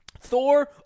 Thor